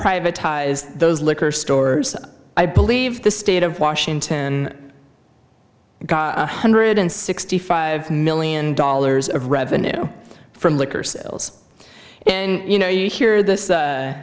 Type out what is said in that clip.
privatized those liquor stores i believe the state of washington hundred and sixty five million dollars of revenue from liquor sales and you know you hear this